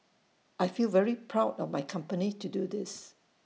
I feel very proud of my company to do this